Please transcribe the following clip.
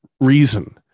reason